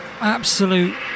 Absolute